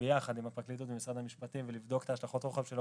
ביחד עם הפרקליטות ומשרד המשפטים ולבדוק את השלכות הרוחב שלו.